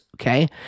Okay